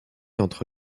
entre